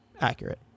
accurate